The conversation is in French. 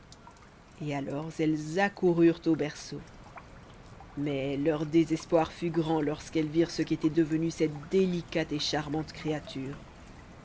et alors elles accoururent au berceau mais leur désespoir fut grand lorsqu'elles virent ce qu'était devenue cette délicate et charmante créature